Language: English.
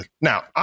Now